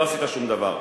לא עשית שום דבר.